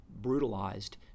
brutalized